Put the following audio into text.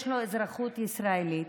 יש לו אזרחות ישראלית,